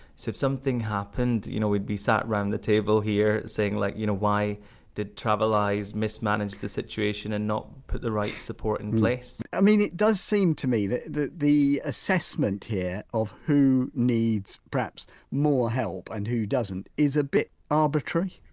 so if something happened you know we'd be sat round the table here saying like you know why did traveleyes mismanage the situation and not put the right support in place i mean it does seem to me that the the assessment here of who needs perhaps more help and who doesn't is a bit arbitrary?